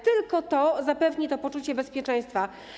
Tylko to zapewni to poczucie bezpieczeństwa.